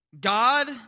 God